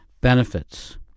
benefits